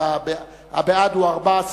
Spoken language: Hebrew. הבעד הוא 14,